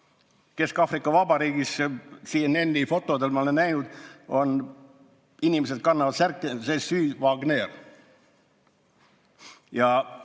Kesk-Aafrika Vabariigis, CNN-i fotodel ma olen näinud, on inimesed, kannavad särki "Je suis Wagner". Ja